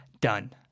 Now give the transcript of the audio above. done